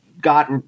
got